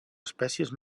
espècies